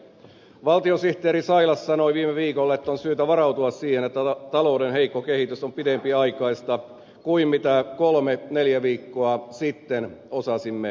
valtiosihteeri sailas sanoi viime viikolla että on syytä varautua siihen että talouden heikko kehitys on pidempiaikaista kuin mitä kolme neljä viikkoa sitten osasimme ajatella